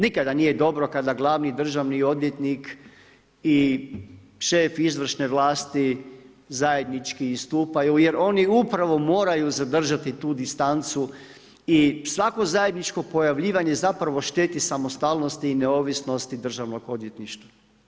Nikada nije dobro kada glavni državni odvjetnik i šef izvršne vlasti zajednički istupaju jer oni upravo moraju zadržati tu distancu i svako zajedničko pojavljivanje zapravo šteti samostalnosti i neovisnosti državnog odvjetništva.